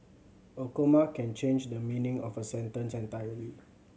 a comma can change the meaning of a sentence entirely